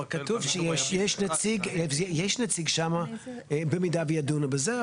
כתוב שיש נציג שם במידה שידונו בזה.